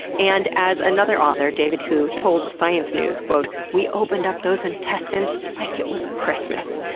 and as another author david hu told science news, quote, we opened up those intestines like it was christmas.